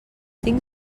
tinc